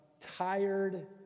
tired